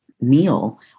meal